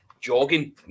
jogging